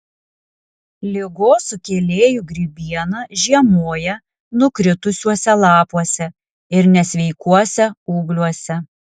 ligos sukėlėjų grybiena žiemoja nukritusiuose lapuose ir nesveikuose ūgliuose